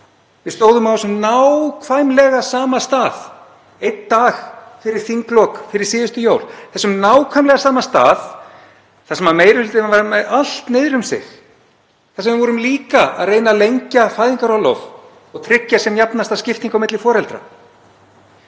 Við stóðum á þessum nákvæmlega sama stað einn dag fyrir þinglok fyrir síðustu jól, þessum nákvæmlega sama stað þar sem meiri hlutinn var með allt niður um sig, þar sem við vorum líka að reyna að lengja fæðingarorlof og tryggja sem jafnasta skiptingu á milli foreldra.